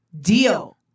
deal